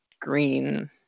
green